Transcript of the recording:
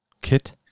Kit